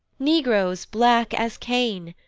negroes, black as cain,